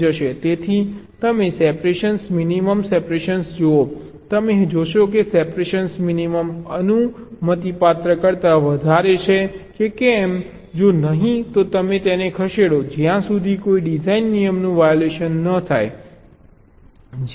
તેથી તમે separation minimum separation જુઓ તમે જોશો કે સેપરેશન મિનિમમ અનુમતિપાત્ર કરતાં વધારે છે કે કેમ જો નહીં તો તમે તેને ખસેડો જ્યાં સુધી કોઈ ડિઝાઇન નિયમનું વાયોલેશન ન થાય